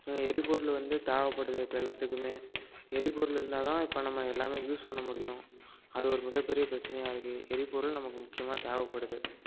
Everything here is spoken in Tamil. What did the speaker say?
இங்கே எரிபொருள் வந்து தேவைப்படுது இப்போ எல்லாத்துக்குமே எரிபொருள் இருந்தால் தான் இப்போ நம்ம எல்லாமே யூஸ் பண்ண முடியும் அது ஒரு மிகப்பெரிய பிரச்சனையாக இருக்குது எரிபொருள் நமக்கு முக்கியமாக தேவைப்படுது